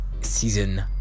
season